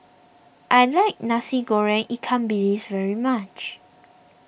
I like Nasi Goreng Ikan Bilis very much